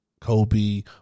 Kobe